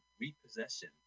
Repossession